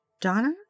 Donna